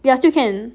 ya still can